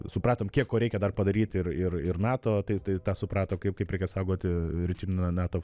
supratom kiek ko reikia dar padaryt ir ir ir nato tai tai tą suprato kaip kaip reikia saugoti rytinę nato